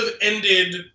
Ended